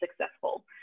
successful